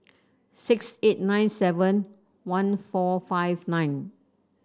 six eight nine seven one four five nine